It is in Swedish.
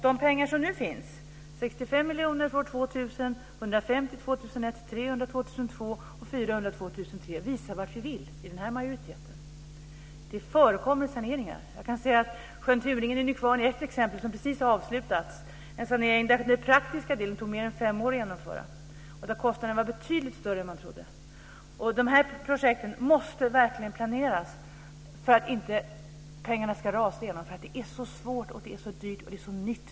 De pengar som nu finns - 65 miljoner för 2000, 150 miljoner för 2004 - visar vad vi vill i den här majoriteten. Det förekommer saneringar. Jag kan säga att saneringen sjön Turingen är ett exempel som precis avslutats, en sanering där den praktiska delen tog mer än fem år att genomföra och där kostnaden blev betydligt större än vad man trodde. De här projekten måste verkligen planeras för att pengarna inte ska rasa i väg, för det som ska göras är så svårt, dyrt och nytt.